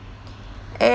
eh